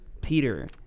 Peter